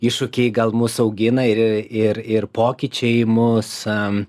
iššūkiai gal mus augina ir ir ir pokyčiai mūsų am